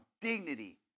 dignity